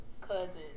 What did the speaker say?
cousins